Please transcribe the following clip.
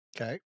okay